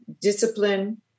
discipline